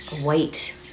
white